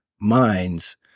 minds